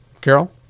Carol